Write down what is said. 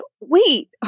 wait